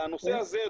הנושא הזה,